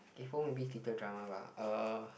kaypoh maybe people drama bah uh